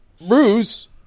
Bruce